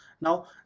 now